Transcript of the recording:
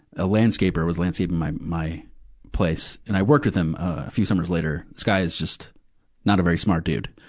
a landscaper was landscaping my, my place. and i worked with him, ah, a few summers later. this guy is just not a very smart dude.